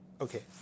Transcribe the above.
Okay